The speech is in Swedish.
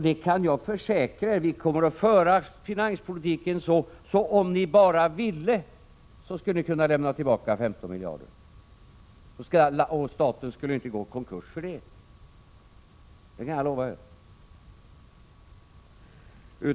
Jag kan försäkra er att vi kommer att föra finanspolitiken på ett sådant sätt, att om ni bara ville, så skulle ni kunna lämna tillbaka 15 miljarder, och staten skulle inte gå i konkurs för det. Det kan jag lova er.